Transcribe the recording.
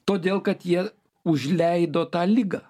todėl kad jie užleido tą ligą